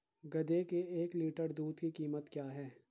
गधे के एक लीटर दूध की कीमत क्या है?